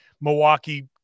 Milwaukee